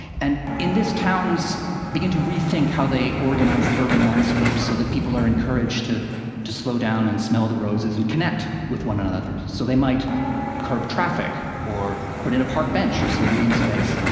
and in this, towns begin to rethink how they organize the urban landscape, so that people are encouraged to to slow down and smell the roses and connect with one another. so they might curb traffic, or put in a park bench, or some green space.